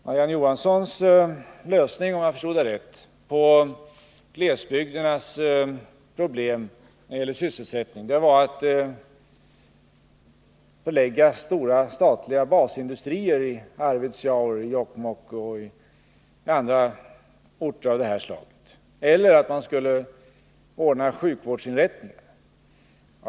Marie-Ann Johanssons lösning — om jag förstod henne rätt — på glesbygdernas problem när det gäller sysselsättning var att man skulle förlägga stora statliga basindustrier i Arvidsjaur, Jokkmokk och andra orter av det slaget eller ordna sjukvårdsinrättningar.